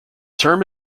term